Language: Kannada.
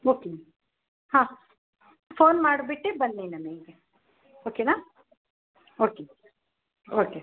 ಓಕೆ ಹಾಂ ಫೋನ್ ಮಾಡಿಬಿಟ್ಟೇ ಬನ್ನಿ ನನಗೆ ಓಕೆನಾ ಓಕೆ ಓಕೆ